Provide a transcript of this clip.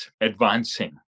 advancing